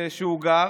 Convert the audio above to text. שהוא גר,